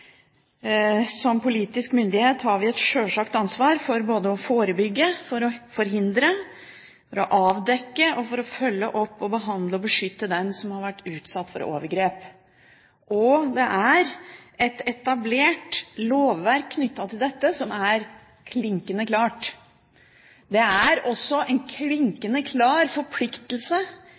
Som politisk myndighet har vi et sjølsagt ansvar for både å forebygge og forhindre overgrep, avdekke det og å følge opp, behandle og beskytte den som har vært utsatt for det. Det er et etablert lovverk knyttet til dette som er klinkende klart. Det er også en klinkende klar forpliktelse